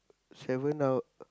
seven hour